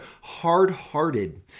hard-hearted